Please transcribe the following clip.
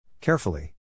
Carefully